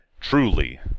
truly